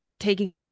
taking